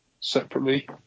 separately